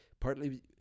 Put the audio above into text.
Partly